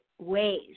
ways